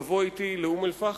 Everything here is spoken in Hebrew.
לבוא אתי לאום-אל-פחם,